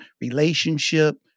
relationship